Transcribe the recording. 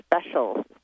special